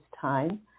time